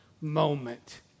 moment